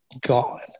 gone